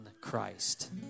Christ